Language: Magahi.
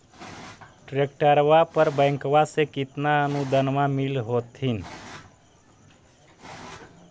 ट्रैक्टरबा पर बैंकबा से कितना अनुदन्मा मिल होत्थिन?